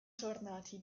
tornati